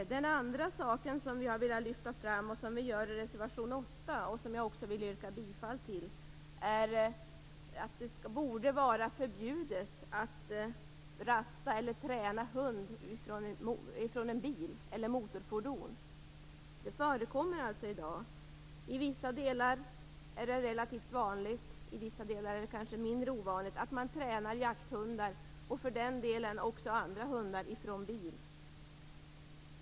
Den andra saken som vi har velat lyfta fram, vilket vi gör i reservation 8 som jag också vill yrka bifall till, är att det borde vara förbjudet att rasta eller träna hund från bil eller motorfordon. Det förekommer alltså i dag. I vissa delar är det relativt vanligt och i andra delar är det kanske mindre vanligt att man tränar jakthundar, och för den delen också andra hundar, från bil.